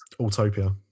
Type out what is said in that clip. Autopia